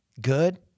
Good